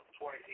Twice